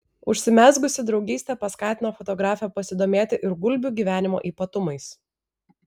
užsimezgusi draugystė paskatino fotografę pasidomėti ir gulbių gyvenimo ypatumais